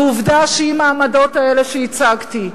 ועובדה שעם העמדות האלה שייצגתי,